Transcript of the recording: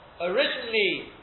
originally